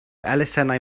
elusennau